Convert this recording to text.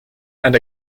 and